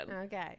Okay